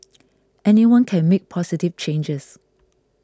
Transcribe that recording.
anyone can make positive changes